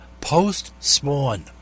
post-Spawn